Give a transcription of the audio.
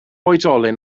oedolyn